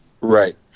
right